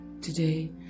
Today